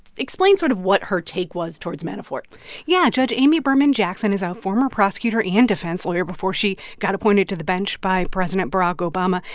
explain sort of what her take was towards manafort yeah. judge amy berman jackson is ah a former prosecutor and defense lawyer before she got appointed to the bench by president barack obama.